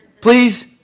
Please